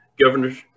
governor's